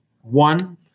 One